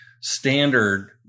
standard